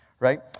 Right